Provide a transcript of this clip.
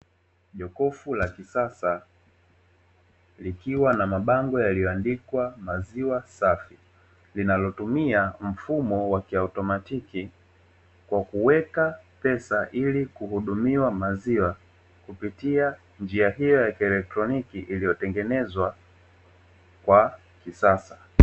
Jokofu la kisasa likiwa na mabango yaliyoandikwa maziwa safi, linalotumia mfumo wa kiautomatiki wa kuweka pesa ili kuhudumiwa maziwa kupitia njia hiyo ya kielektroniki iliyotengenezwa kwa kisasa.